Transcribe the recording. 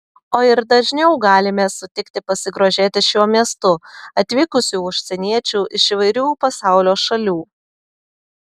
o ir dažniau galime sutikti pasigrožėti šiuo miestu atvykusių užsieniečių iš įvairių pasaulio šalių